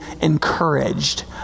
encouraged